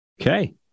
Okay